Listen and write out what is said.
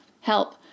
Help